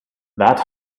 that